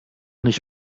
nicht